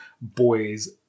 boys